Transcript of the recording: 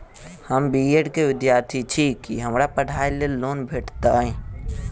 हम B Ed केँ विद्यार्थी छी, की हमरा पढ़ाई लेल लोन भेटतय?